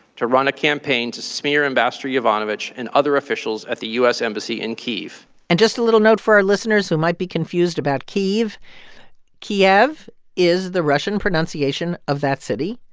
to run a campaign to smear ambassador yovanovitch and other officials at the u s. embassy in kyiv and just a little note for our listeners who might be confused about keev kyiv is the russian pronunciation of that city.